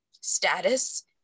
status